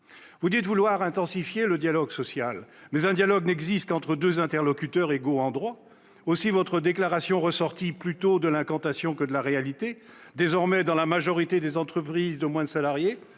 la ministre, vouloir intensifier le dialogue social, mais un dialogue ne peut exister qu'entre deux interlocuteurs égaux en droit. Aussi votre déclaration relève-t-elle plus de l'incantation que de la réalité. Désormais, dans la majorité des entreprises de moins de 50 salariés,